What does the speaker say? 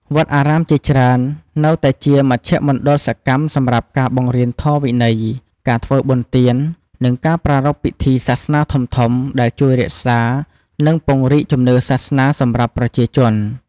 វត្តអារាមជាច្រើននៅតែជាមជ្ឈមណ្ឌលសកម្មសម្រាប់ការបង្រៀនធម៌វិន័យ ការធ្វើបុណ្យទាន និងការប្រារព្ធពិធីសាសនាធំៗ ដែលជួយរក្សា និងពង្រីកជំនឿសាសនាសម្រាប់ប្រជាជន។